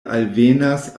alvenas